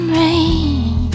rain